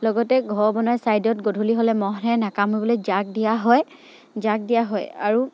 লগতে ঘৰ বনোৱাৰ ছাইদত গধূলি হ'লে মহে নাকামুৰিবলৈ জাক দিয়া হয় জাক দিয়া হয় আৰু